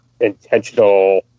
intentional